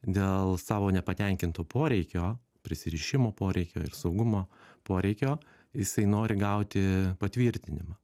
dėl savo nepatenkinto poreikio prisirišimo poreikio ir saugumo poreikio jisai nori gauti patvirtinimą